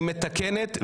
היא מתקנת,